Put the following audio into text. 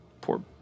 poor